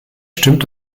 stimmt